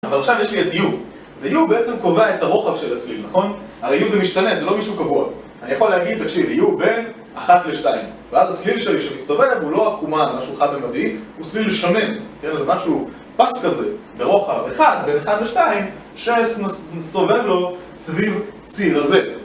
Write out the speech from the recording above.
אבל עכשיו יש לי את U ו-U בעצם קובע את הרוחב של הסליל, נכון? הרי U זה משתנה, זה לא מישהו קבוע. אני יכול להגיד תקשיב, U בין 1 ל-2, ואז הסליל שלי שמסתובב הוא לא עקומה, משהו חד-ממדי הוא סליל שמן, כן? זה משהו פס כזה ברוחב 1 בין 1 ל-2 שמסובב לו סביב ציר הזה